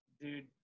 Dude